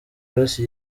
grace